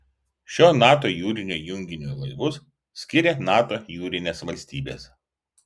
šio nato jūrinio junginiui laivus skiria nato jūrinės valstybės